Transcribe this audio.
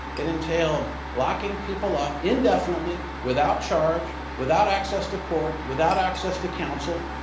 it entailed locking people up indefinitely without charge, without access to courts, without access to counsel,